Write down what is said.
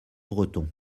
breton